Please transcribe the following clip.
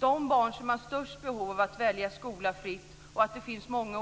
De barn som har störst behov av att välja skola fritt och av att det finns många